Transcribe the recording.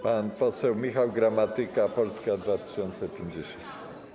Pan poseł Michał Gramatyka, Polska 2050.